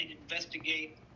investigate